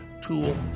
tool